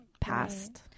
past